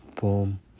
boom